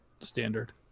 standard